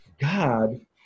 god